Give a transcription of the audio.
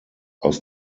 aus